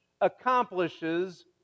accomplishes